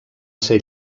ser